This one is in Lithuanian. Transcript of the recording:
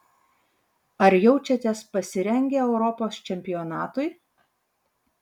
ar jaučiatės pasirengę europos čempionatui